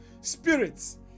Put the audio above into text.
spirits